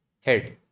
head